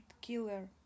Killer